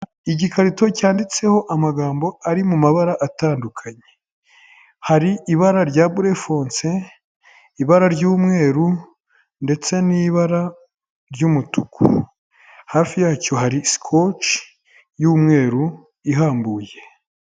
Igikarito cyanditseho amagambo ari mu mabara atandukanye, hari ibara rya burefonse, ibara ry'umweru ndetse n'ibara ry'umutuku, hafi yacyo hari sikoci y'umweru ihambuye.